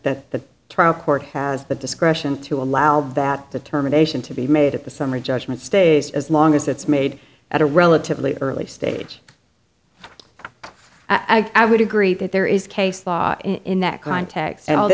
that the trial court has the discretion to allow that determination to be made at the summary judgment stays as long as it's made at a relatively early stage i would agree that there is case law in that cont